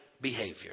behavior